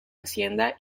hacienda